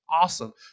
awesome